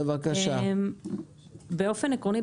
באופן עקרוני,